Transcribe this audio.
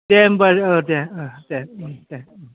दे होम्बा ओ दे ओ दे